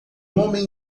homem